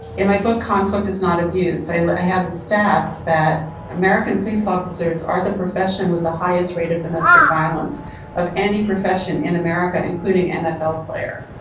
in my book, conflict is not abuse. i had the stats that american police officers are the profession with the highest rate of domestic violence of any profession in america, including nfl player.